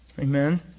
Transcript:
Amen